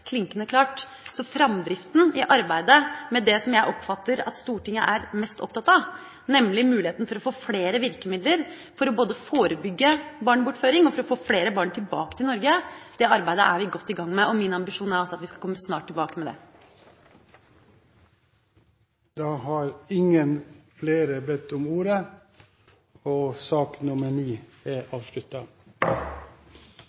klinkende klart. Arbeidet med det jeg oppfatter at Stortinget er mest opptatt av, nemlig muligheten for å få flere virkemidler for både å forebygge barnebortføring og å få flere barn tilbake til Norge, er vi godt i gang med. Min ambisjon er altså at vi skal komme snart tilbake med det. Flere har ikke bedt om ordet til sak